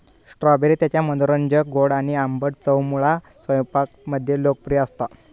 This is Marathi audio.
स्ट्रॉबेरी त्याच्या मनोरंजक गोड आणि आंबट चवमुळा स्वयंपाकात पण लोकप्रिय असता